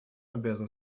обязан